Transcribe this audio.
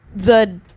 the,